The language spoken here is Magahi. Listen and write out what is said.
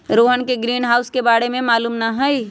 रोहन के ग्रीनहाउस के बारे में मालूम न हई